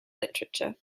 literature